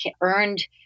earned